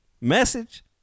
Message